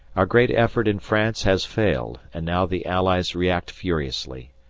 our great effort in france has failed, and now the allies react furiously.